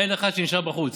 אין אחד שנשאר בחוץ.